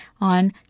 on